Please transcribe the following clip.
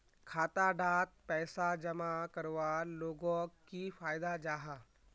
खाता डात पैसा जमा करवार लोगोक की फायदा जाहा?